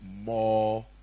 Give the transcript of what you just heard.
more